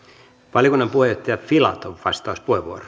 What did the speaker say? valiokunnan puheenjohtaja filatov vastauspuheenvuoro